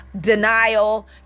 denial